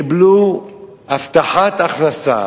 קיבלו הבטחת הכנסה,